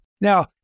Now